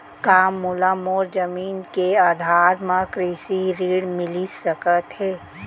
का मोला मोर जमीन के आधार म कृषि ऋण मिलिस सकत हे?